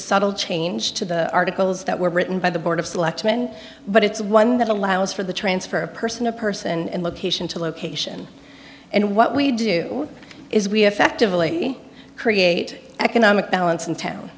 subtle change to the articles that were written by the board of selectmen but it's one that allows for the transfer of person a person and location to location and what we do is we have actively create economic balance in town